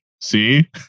see